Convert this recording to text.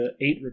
eight